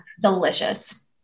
Delicious